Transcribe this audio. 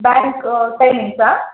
bank ಟೈಮಿಂಗ್ಸಾ